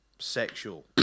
sexual